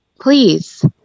please